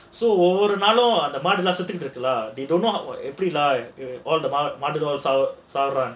so ஒவ்வொரு நாளும் அந்த மாடுலாம் செத்துடு இருக்குல்ல:ovvoru naalum andha maadulaam sethutu irukku they don't know எப்டிலா மாடுலாம் சாவுறது:epilaa maadulaam saavurathu